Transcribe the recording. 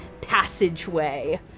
passageway